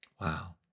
Wow